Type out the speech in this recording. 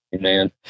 man